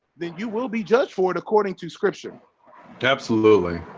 then you will be judged for it according to scripture absolutely,